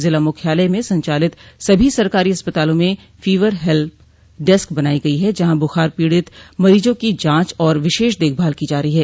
जिला मुख्यालय में संचालित सभी सरकारी अस्पतालों में फोवर हेल्प डेस्क बनाई गई है जहां बुखार पीड़ित मरीजा की जांच और विशेष देखभाल की जा रही है